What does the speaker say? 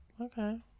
Okay